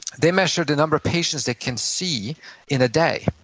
they measure the number of patients they can see in a day,